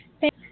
Thank